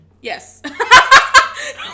Yes